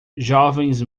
jovens